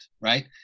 right